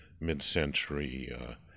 mid-century